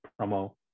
promo